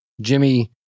Jimmy